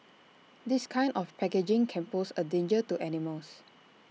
this kind of packaging can pose A danger to animals